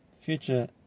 future